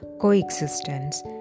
coexistence